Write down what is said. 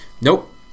Nope